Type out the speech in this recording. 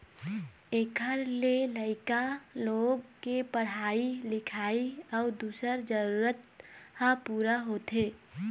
एखर ले लइका लोग के पढ़ाई लिखाई अउ दूसर जरूरत ह पूरा होथे